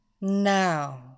now